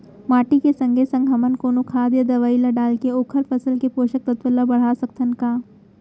माटी के संगे संग हमन कोनो खाद या दवई ल डालके ओखर फसल के पोषकतत्त्व ल बढ़ा सकथन का?